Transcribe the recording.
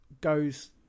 goes